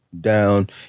down